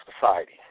society